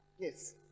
Yes